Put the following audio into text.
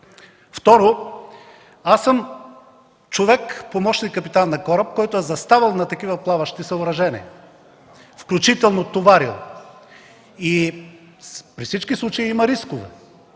Второ, аз съм човек – помощник-капитан на кораб, който е заставал на такива плаващи съоръжения, включително съм товарил. При всички случаи има рискове,